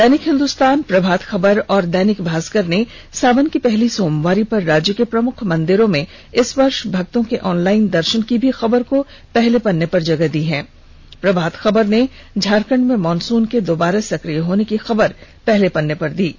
दैनिक हिंदुस्तान प्रभात खबर और दैनिक भास्कर ने सावन की पहली सोमवारी पर राज्य के प्रमुख मंदिरों में इस वर्ष भक्तों के ऑनलाइन दर्षन की की खबर को पहले पन्ने पर जगह दी है प्रभात खबर ने झारखंड में मॉनसुन के दोबारा सक्रिय होने की खबर को पहले पन्ने पर जगह दी है